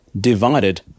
divided